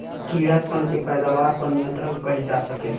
कीड़ा सन के पैदावार पर नियंत्रण कईल जा सकेला